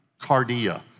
cardia